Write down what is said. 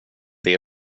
det